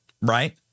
right